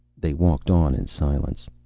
they walked on in silence.